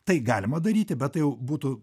tai galima daryti bet tai jau būtų